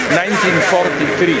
1943